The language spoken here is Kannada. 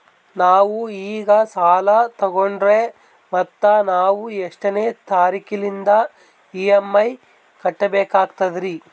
ನಾವು ಈಗ ಸಾಲ ತೊಗೊಂಡ್ರ ಮತ್ತ ನಾವು ಎಷ್ಟನೆ ತಾರೀಖಿಲಿಂದ ಇ.ಎಂ.ಐ ಕಟ್ಬಕಾಗ್ತದ್ರೀ?